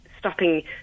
stopping